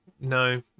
no